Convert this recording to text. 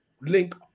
link